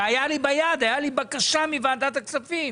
והיה לי ביד, הייתה לי בקשה מוועדת הכספים.